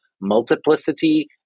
multiplicity